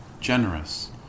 generous